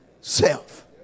self